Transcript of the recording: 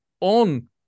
on